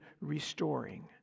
restoring